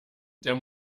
der